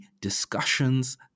discussions